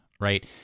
right